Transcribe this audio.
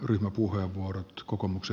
arvostettu puhemies